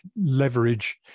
leverage